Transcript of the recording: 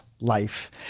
life